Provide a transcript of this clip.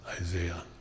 Isaiah